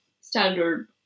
standard